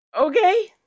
Okay